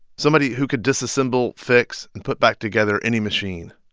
somebody who could disassemble, fix and put back together any machine.